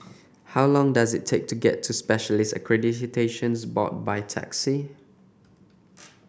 how long does it take to get to Specialists Accreditation Board by taxi